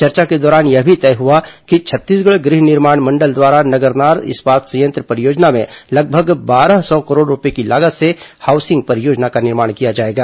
चर्चा के दौरान यह भी तय हुआ की छत्तीसगढ़ गृह निर्माण मंडल द्वारा नगरनार इस्पात संयंत्र परियोजना में लगभग बारह सौ करोड़ रूपए की लागत से हाउसिंग परियोजना का निर्माण किया जाएगा